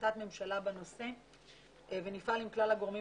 החלטת ממשלה בנושא ונפעל עם כלל הגורמים